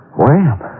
wham